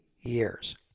years